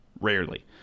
Rarely